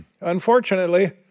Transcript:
Unfortunately